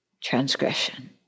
transgression